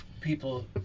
people